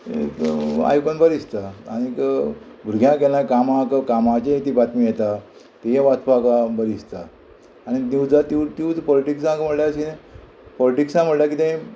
आयकून बरी दिसता आनीक भुरग्यांक गेल्यार कामाक कामाचे ती बातमी येता ती वाचपाक बरी दिसता आनी तिवजा त्यू त्यूज पोलिटिक्सांक म्हणल्यार कितें पोलिटिक्सां म्हणल्यार कितें